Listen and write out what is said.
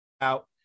out